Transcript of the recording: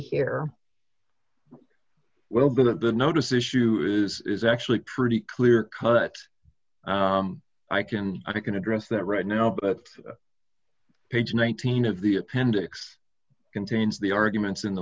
the notice issue is actually pretty clear cut i can i can address that right now but page nineteen of the appendix contains the arguments in the